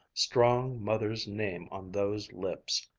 strong mother's name on those lips.